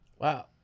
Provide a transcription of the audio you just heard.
Wow